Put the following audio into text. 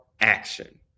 action